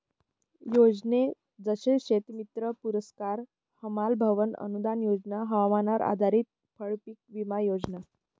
योजने जसे शेतीमित्र पुरस्कार, हमाल भवन अनूदान योजना, हवामानावर आधारित फळपीक विमा योजना